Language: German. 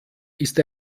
ist